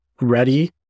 ready